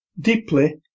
deeply